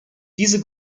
diese